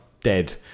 dead